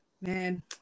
Man